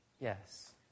Yes